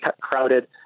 crowded